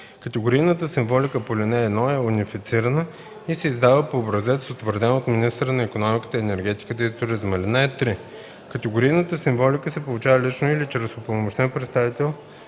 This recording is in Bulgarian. Категорийната символика по ал. 1 е унифицирана и се издава по образец, утвърден от министъра на икономиката, енергетиката и туризма. (3) Категорийната символика се получава лично или чрез упълномощен представител